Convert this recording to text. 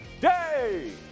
day